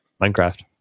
Minecraft